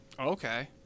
Okay